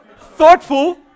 Thoughtful